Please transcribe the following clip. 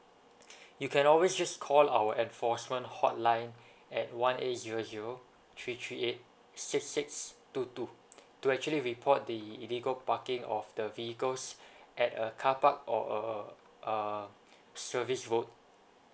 you can always just call our enforcement hotline at one eight zero zero three three eight six six two two to actually report the illegal parking of the vehicles at a carpark or a uh service road